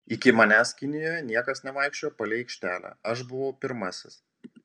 iki manęs kinijoje niekas nevaikščiojo palei aikštelę aš buvau pirmasis